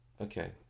Okay